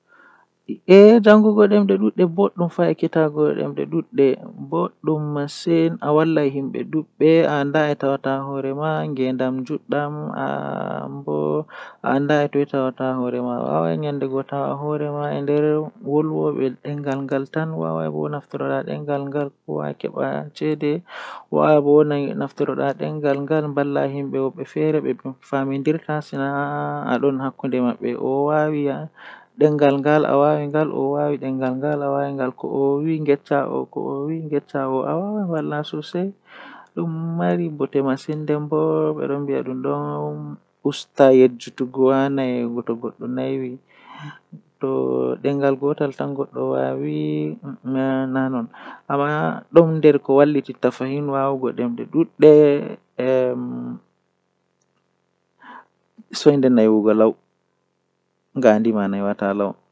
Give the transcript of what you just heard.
Tomi hebi siwtaare jei asaweerekomi burtaa wadugo kam mi siwtan mi waala mi daanotomi fini fajjira baawo mi juuliu mi nyaami mi wurtan yaasi mi tefa sobiraabe am be wara ko mi jooda mi hiira be mabbe to jemma wadi mi warta mi daano mi siwtina yonki am.